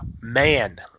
Man